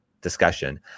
discussion